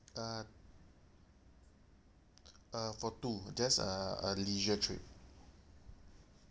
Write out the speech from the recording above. uh uh for two just a a leisure trip